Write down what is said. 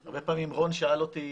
הרבה פעמים רון שאל אותי,